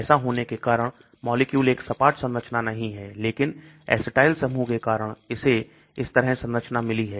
ऐसा होने के कारण मॉलिक्यूल एक सपाट संरचना नहीं है लेकिन acetyl समूह के कारण इसे इस तरह संरचना मिली है